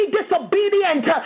disobedient